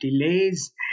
delays